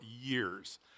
years